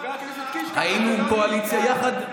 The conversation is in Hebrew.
חבר הכנסת קיש, זה לא, היינו קואליציה יחד?